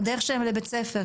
בדרך שלהם לבית הספר.